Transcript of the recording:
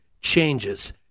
changes